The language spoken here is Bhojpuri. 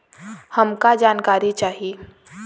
हमका जानकारी चाही?